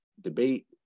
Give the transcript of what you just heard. debate